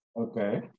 Okay